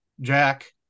Jack